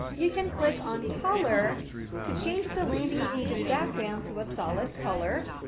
you can click on color to change the landing page's background to a solid color,